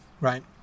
right